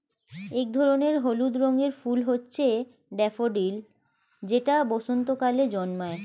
এক ধরনের হলুদ রঙের ফুল হচ্ছে ড্যাফোডিল যেটা বসন্তকালে জন্মায়